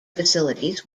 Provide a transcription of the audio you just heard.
facilities